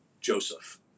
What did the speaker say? Joseph